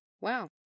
wow